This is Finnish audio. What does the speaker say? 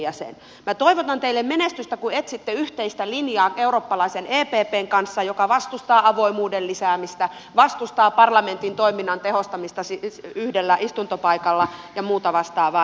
minä toivotan teille menestystä kun etsitte yhteistä linjaa eurooppalaisen eppn kanssa joka vastustaa avoimuuden lisäämistä vastustaa parlamentin toiminnan tehostamista yhdellä istuntopaikalla ja muuta vastaavaa